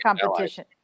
competition